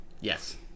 yes